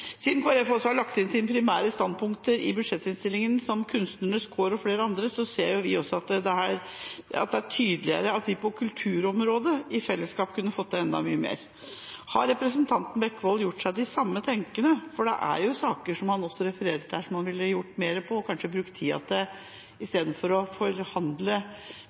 Siden Kristelig Folkeparti også har lagt inn sine primære standpunkter i budsjettinnstillingen – som kunstnernes kår og flere andre – ser vi også at det er tydeligere at vi på kulturområdet i fellesskap kunne fått til enda mye mer. Har representanten Bekkevold gjort seg de samme tankene – for det er saker som han også refererer til her, som han ville gjort mer på og brukt tiden til i stedet for å forhandle